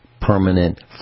permanent